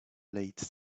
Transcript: late